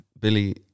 Billy